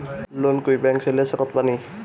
Loan कोई bank से ले सकत बानी?